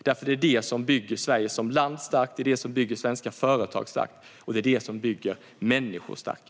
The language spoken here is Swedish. Det är det som bygger Sverige som land starkt, det är det som bygger svenska företag starka och det är det som bygger människor starka.